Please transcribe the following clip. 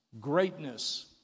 greatness